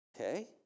Okay